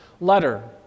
letter